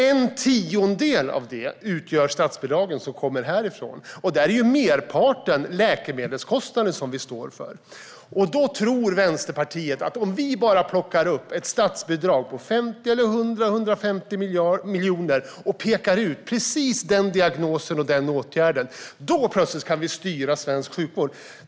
En tiondel av det utgör statsbidragen härifrån. Där är merparten läkemedelskostnader, som vi står för. Då tror Vänsterpartiet att om vi bara tar fram ett statsbidrag på 50, 100 eller 150 miljoner och pekar ut en viss diagnos eller en viss åtgärd så kan vi styra svensk sjukvård.